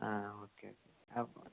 ആ ഓക്കെ അപ്പോൾ